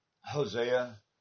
Hosea